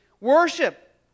worship